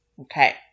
Okay